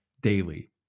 daily